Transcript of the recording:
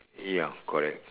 ya correct